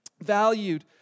valued